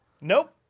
Nope